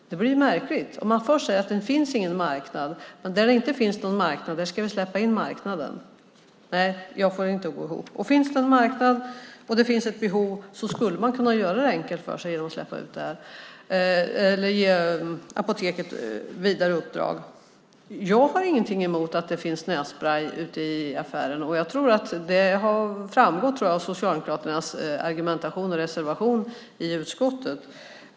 Det blir märkligt. Först säger man att det inte finns någon marknad. Där det inte finns någon marknad ska vi släppa in marknaden. Nej, jag får det inte att gå ihop. Finns det en marknad och ett behov skulle man kunna göra det enkelt för sig och släppa in eller ge Apoteket ett vidare uppdrag. Jag har ingenting emot att det finns nässprej i affärer. Det framgår av Socialdemokraternas reservation och argumentation i utskottet.